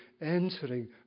entering